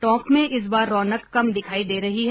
टोंक में इस बार रौनक कम दिखाई दे रही है